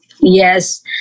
Yes